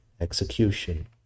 execution